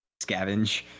scavenge